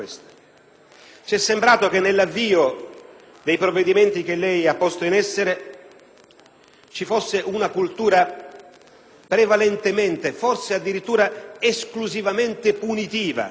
Ci è sembrato che nell'avvio dei provvedimenti che lei ha posto in essere ci fosse una cultura prevalentemente, forse addirittura esclusivamente, punitiva.